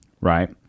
Right